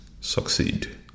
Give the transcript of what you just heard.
succeed